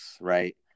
right